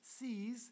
sees